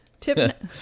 Tip